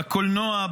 בקולנוע,